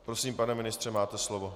Prosím, pane ministře, máte slovo.